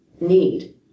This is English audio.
need